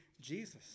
Jesus